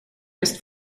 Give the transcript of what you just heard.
ist